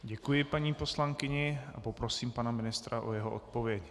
Děkuji paní poslankyni a poprosím pana ministra o jeho odpověď.